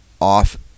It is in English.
off